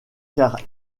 car